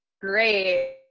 Great